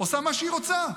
עושה מה שהיא רוצה.